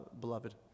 beloved